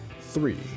three